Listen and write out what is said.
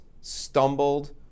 stumbled